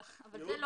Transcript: אבל זה לא.